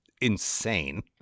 insane